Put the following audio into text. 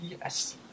yes